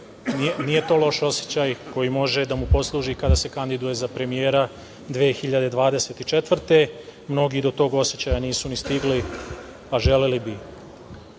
nije to loš osećaj koji može da mu posluži kada se kandiduje za premijera 2024. godine. Mnogi do tog osećaja nisu ni stigli, a želeli